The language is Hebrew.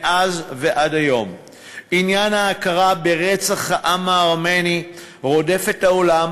מאז ועד היום עניין ההכרה ברצח העם הארמני רודף את העולם